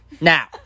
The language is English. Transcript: Now